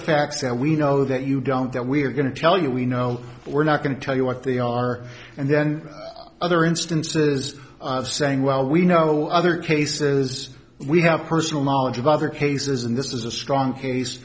facts so we know that you don't that we're going to tell you we know we're not going to tell you what they are and then other instances of saying well we know other cases we have personal knowledge of other cases and this is a strong case